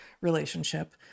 relationship